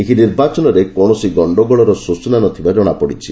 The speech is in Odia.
ଏହି ନିର୍ବାଚନରେ କୌଣସି ଗଣ୍ଡଗୋଳର ସୂଚନା ନ ଥିବା କ୍ଷଣାପଡିଛି